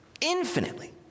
infinitely